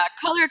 Color